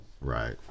Right